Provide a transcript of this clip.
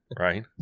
Right